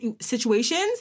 situations